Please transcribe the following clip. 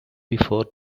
before